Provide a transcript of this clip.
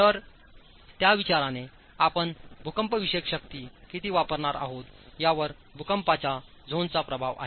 तर त्या विचाराने आपण भूकंपविषयक शक्ती किती वापरणार आहोत यावरच भूकंपाच्या झोन्शनचा प्रभाव आहे